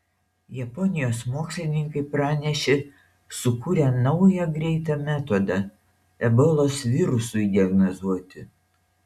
japonijos mokslininkai pranešė sukūrę naują greitą metodą ebolos virusui diagnozuoti